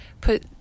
put